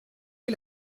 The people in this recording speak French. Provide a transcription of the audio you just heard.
est